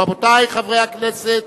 רבותי חברי הכנסת,